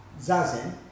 Zazen